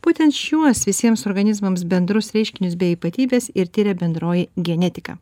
būtent šiuos visiems organizmams bendrus reiškinius bei ypatybes ir tiria bendroji genetika